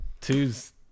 Two's